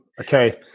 Okay